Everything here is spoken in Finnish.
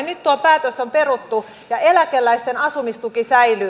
nyt tuo päätös on peruttu ja eläkeläisten asumistuki säilyy